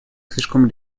слишком